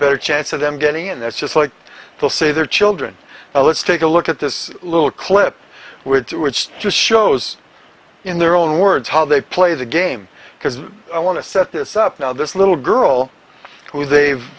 better chance of them getting in that's just like they'll say their children let's take a look at this little clip with which to shows in their own words how they play the game because i want to set this up now this little girl who they've